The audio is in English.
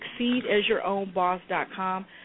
succeedasyourownboss.com